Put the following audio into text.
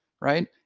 right